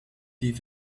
beef